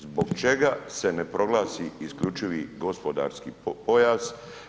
Zbog čega se ne proglasi isključivi gospodarski pojas?